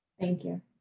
thank you.